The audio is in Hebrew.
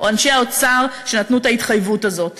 או אנשי האוצר שנתנו את ההתחייבות הזאת?